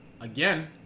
Again